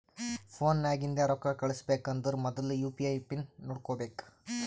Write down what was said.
phone ನಾಗಿಂದೆ ರೊಕ್ಕಾ ಕಳುಸ್ಬೇಕ್ ಅಂದರ್ ಮೊದುಲ ಯು ಪಿ ಐ ಪಿನ್ ಮಾಡ್ಕೋಬೇಕ್